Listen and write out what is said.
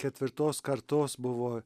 ketvirtos kartos buvo